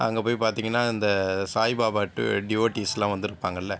அங்கே போய் பார்த்தீங்கனா இந்த சாய்பாபா டி டிவோட்டீஸ் எல்லாம் வந்திருப்பாங்கள் இல்லை